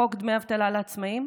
חוק דמי אבטלה לעצמאים,